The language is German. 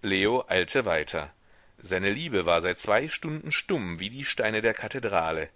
leo eilte weiter seine liebe war seit zwei stunden stumm wie die steine der kathedrale